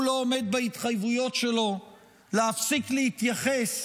והוא לא עומד בהתחייבויות שלו להפסיק להתייחס,